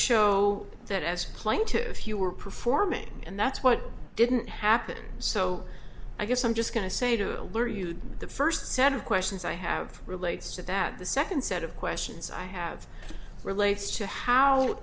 show that as claim to if you were performing and that's what didn't happen so i guess i'm just going to say to alert you to the first set of questions i have relates to that the second set of questions i have relates to how